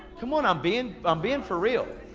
come on, i'm being, i'm being for real.